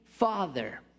father